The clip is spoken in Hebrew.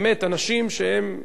באמת, אנשים שהם לאומיים,